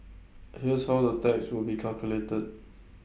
here's how the tax will be calculated